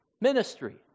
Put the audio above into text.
ministry